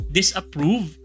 disapprove